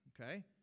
Okay